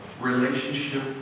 relationship